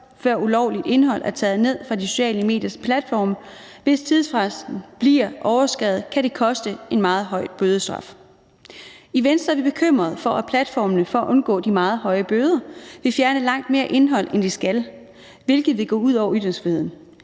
før ulovligt indhold er taget ned fra de sociale mediers platforme. Hvis tidsfristen bliver overskredet, kan det medføre en meget høj bødestraf. I Venstre er vi bekymrede over, at platformene for at omgå de meget høje bøder vil fjerne langt mere indhold, end de skal, hvilket vil gå ud over ytringsfriheden.